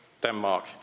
Denmark